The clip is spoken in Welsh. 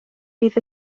bydd